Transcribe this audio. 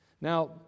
now